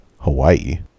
Hawaii